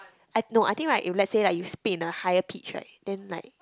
I no I think right if let's say like you speak in a higher pitch right then like